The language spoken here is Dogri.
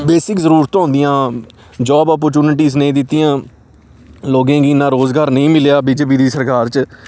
बेसिक जरूरत होंदियां जॉब अपर्चुनिटीज नेईं दित्तियां लोकें गी इन्ना रोजगार नेईं मिलेआ बीजेपी दी सरकार च